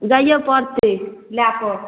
जाइए पड़तै लए कऽ